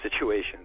situations